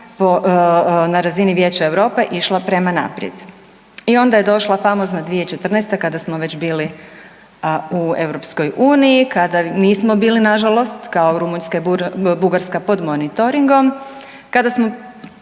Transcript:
na razini Vijeća Europe išlo prema naprijed. I onda je došla famozna 2014. kada smo već bili u EU, kada nismo bili nažalost kao Rumunjska i Bugarska pod monitoringom, kada smo